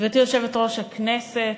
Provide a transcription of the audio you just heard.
גברתי יושבת-ראש הישיבה,